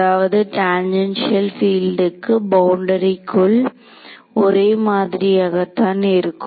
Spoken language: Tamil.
அதாவது டாஞ்சென்ஷியல் பீல்ட்ஸ் பவுண்டரிகளுக்குள் ஒரே மாதிரியாகத்தான் இருக்கும்